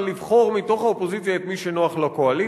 לבחור מתוך האופוזיציה את מי שנוח לקואליציה.